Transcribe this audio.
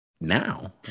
now